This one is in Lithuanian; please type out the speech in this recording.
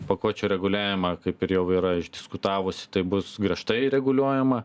pakuočių reguliavimą kaip ir jau yra išdiskutavus taip bus griežtai reguliuojama